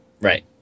Right